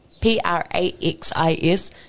P-R-A-X-I-S